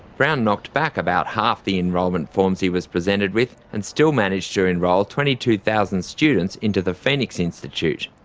brown knocked back about half of the enrolment forms he was presented with, and still managed to enrol twenty two thousand students into the phoenix institute.